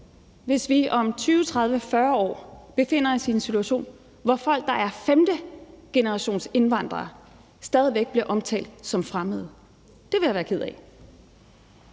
hvis vi om 20, 30 eller 40 år befinder os i en situation, hvor folk, der er femtegenerationsindvandrere, stadig væk bliver omtalt som fremmede. Det ville jeg være ked af.